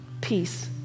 peace